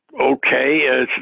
Okay